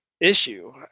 Issue